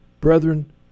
Brethren